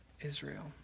Israel